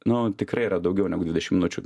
nu tikrai yra daugiau negu dvidešim minučių